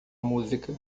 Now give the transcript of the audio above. música